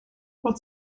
what